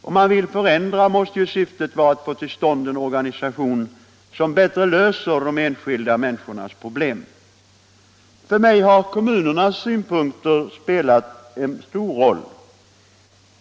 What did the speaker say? Om man vill förändra måste ju syftet vara att få till stånd en organisation som bättre löser de enskilda människornas problem. För mig har kommunernas synpunkter spelat stor roll.